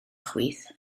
chwith